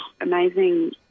amazing